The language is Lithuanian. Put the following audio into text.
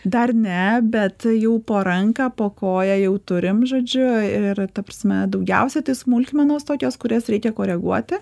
dar ne bet jau po ranką po koją jau turim žodžiu ir ta prasme daugiausia tai smulkmenos tokios kurias reikia koreguoti